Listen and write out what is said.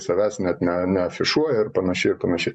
savęs net ne neafišuoja ir panašiai ir panašiai